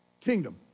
Kingdom